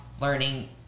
learning